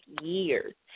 years